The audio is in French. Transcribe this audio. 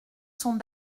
sont